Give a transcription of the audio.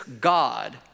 God